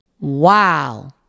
Wow